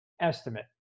estimate